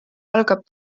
algab